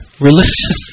religious